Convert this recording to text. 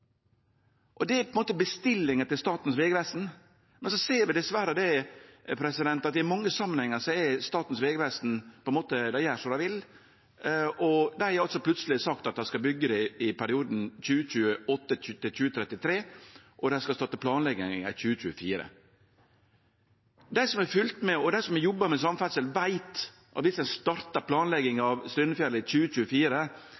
Det er på ein måte bestillinga til Statens vegvesen, men vi ser dessverre at i mange samanhengar gjer Statens vegvesen som dei vil, og dei har plutseleg sagt at dei skal byggje det i perioden 2028–2033, og dei skal starte planlegginga i 2024. Dei som har følgt med, og dei som har jobba med samferdsel, veit at dersom ein startar